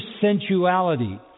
sensuality